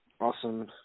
awesome